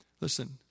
Listen